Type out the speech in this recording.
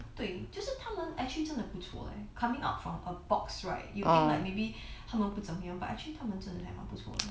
对就是他们 actually 真的不错 leh coming out from a box right you think like maybe 他们不怎么样 but actually 他们真的还蛮不错